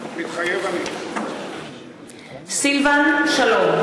מתחייב אני סילבן שלום,